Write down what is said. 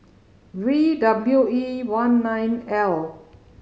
V W E one nine L